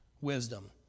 Wisdom